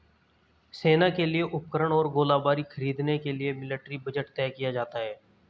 सेना के लिए उपकरण और गोलीबारी खरीदने के लिए मिलिट्री बजट तय किया जाता है